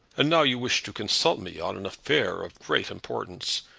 and now you wish to consult me on an affair of great importance.